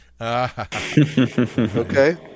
Okay